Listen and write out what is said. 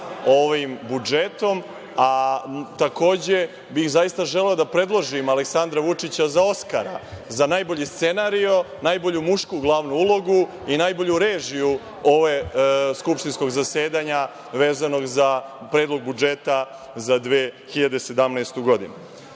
ovim budžetom. Zaista bih želeo da predložim Aleksandra Vučića za Oskara, za najbolji scenario, najbolju mušku glavnu ulogu i najbolju režiju ovog skupštinskog zasedanja vezanog za Predlog budžeta za 2017. godinu.